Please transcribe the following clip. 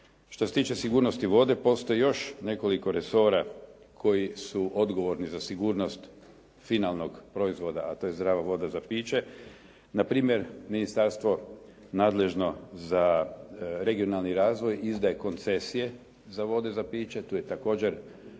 Što se tiče sigurnosti vode, postoji još nekoliko resora koji su odgovorni za sigurnost finalnog proizvoda, a to je zdrava voda za piće. Na primjer ministarstvo nadležno za regionalni razvoj izdaje koncesije za vode za piće. Tu je također